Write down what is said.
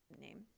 name